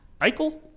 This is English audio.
Eichel